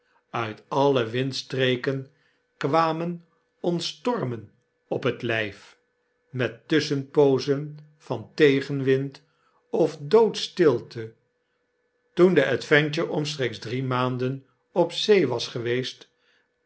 uit alle windstreken kwamen ons stormen op het lyf met tusschenpoozen van tegenwind of doodstilte toen de adventure omtrent drie maanden op zee was geweest